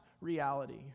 reality